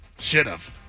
should've